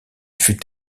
fut